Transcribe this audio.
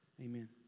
Amen